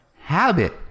Habit